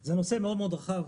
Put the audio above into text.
זה נושא מאוד מאוד רחב.